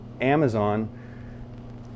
Amazon